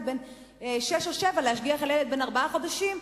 בן שש או שבע להשגיח על ילד בן ארבעה חודשים.